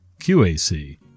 QAC